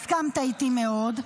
הסכמת איתי מאוד.